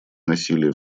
насилия